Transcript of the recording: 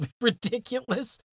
ridiculous